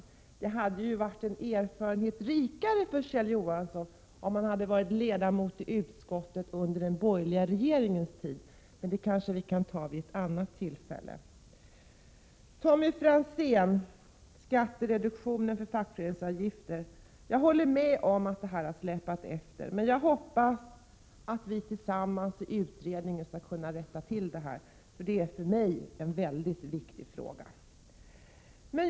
Kjell Johansson hade varit en erfarenhet rikare, om han hade varit ledamot i utskottet under den borgerliga regeringstiden. Men den diskussionen kanske vi skall ta vid ett annat tillfälle. Tommy Franzén! Jag håller med om att justeringen av skattereduktionen för fackföreningsavgifter har släpat efter, men jag hoppas att vi tillsammans i utredningen skall kunna rätta till det. Det är för mig en mycket viktig fråga.